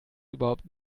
überhaupt